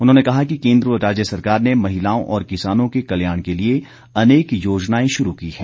उन्होंने कहा कि केन्द्र व राज्य सरकार ने महिलाओं और किसानों के कल्याण के लिए अनेक योजनाएं शुरू की हैं